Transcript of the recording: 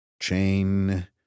Chain